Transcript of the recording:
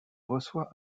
reçoit